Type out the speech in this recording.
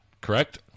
correct